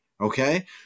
Okay